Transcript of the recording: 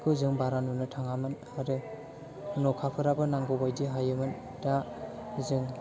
बेफोरखौ जों बारा नुनो थाङामोन आरो अखाफोराबो नांगौ बायदि हायोमोन दा जों